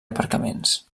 aparcaments